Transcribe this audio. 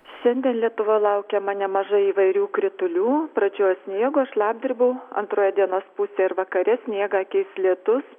šiandien lietuva laukiama nemažai įvairių kritulių pradžioj sniego šlapdribų antroje dienos pusėj ir vakare sniegą keis lietus